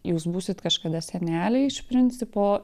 jūs būsit kažkada seneliai iš principo